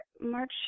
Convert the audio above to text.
March